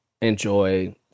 enjoy